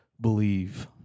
believe